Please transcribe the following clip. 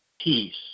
peace